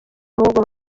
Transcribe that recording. ahubwo